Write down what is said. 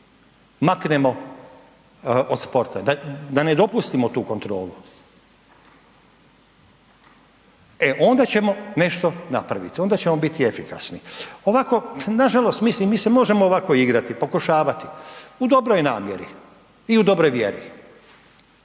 maknemo od sporta, da, da ne dopustimo tu kontrolu, e onda ćemo nešto napravit, onda ćemo biti efikasni, ovako nažalost mislim mi se možemo ovako igrati, pokušavati u dobroj namjeri i u dobroj vjeri,